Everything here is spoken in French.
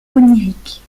onirique